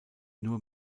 nur